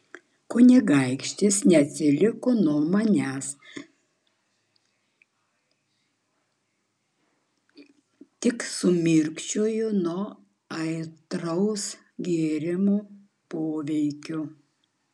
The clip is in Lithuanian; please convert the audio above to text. kunigaikštis neatsiliko nuo manęs tik sumirkčiojo nuo aitraus gėrimo poveikio